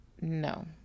no